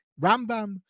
Rambam